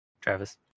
travis